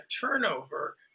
turnover